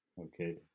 Okay